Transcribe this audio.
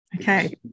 Okay